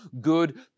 good